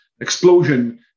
explosion